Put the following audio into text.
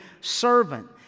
servant